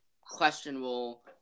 questionable